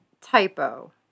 typo